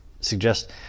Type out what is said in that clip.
suggest